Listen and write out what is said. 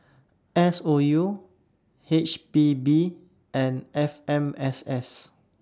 S O U H P B and F M S S